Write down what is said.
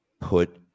put